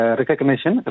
recognition